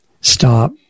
stop